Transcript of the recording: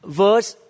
verse